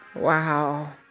Wow